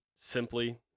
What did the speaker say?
simply